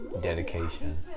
Dedication